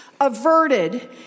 averted